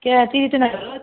কিয়া তিৰিটো নাই ঘৰত